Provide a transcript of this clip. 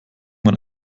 man